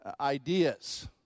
ideas